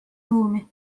ruumi